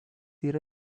yra